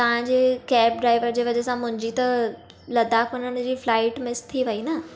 तव्हां जे cab driver जे वजह सां त मुंहिंजी त लद्दाख वञण जी फ्लाइट मिस थी वई न